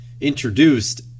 introduced